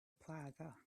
plaza